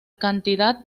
cantidad